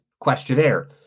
questionnaire